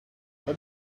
what